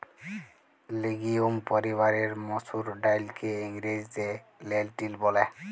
legume পরিবারের মসুর ডাইলকে ইংরেজিতে লেলটিল ব্যলে